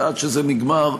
ועד שזה נגמר.